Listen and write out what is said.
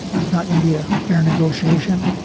it's not going to be a fair negotiation